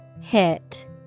Hit